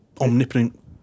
omnipotent